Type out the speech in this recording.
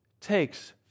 takes